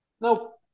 Nope